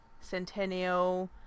centennial